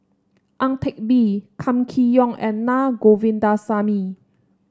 Ang Teck Bee Kam Kee Yong and Naa Govindasamy